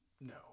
No